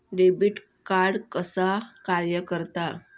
Debit card कसा कार्य करता?